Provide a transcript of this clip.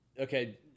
Okay